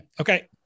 Okay